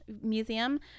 Museum